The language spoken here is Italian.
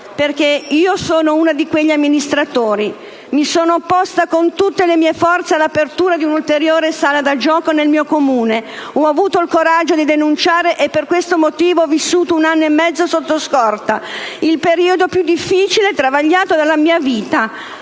perché io sono una di quegli amministratori, mi sono opposta con tutte le mie forze all'apertura di un'ulteriore sala da gioco nel mio Comune, ho avuto il coraggio di denunciare e per questo motivo ho vissuto un anno e mezzo sotto scorta. Il periodo più difficile e travagliato della mia vita,